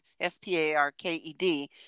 S-P-A-R-K-E-D